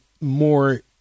more